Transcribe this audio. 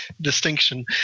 distinction